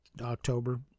October